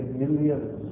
millions